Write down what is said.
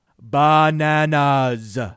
bananas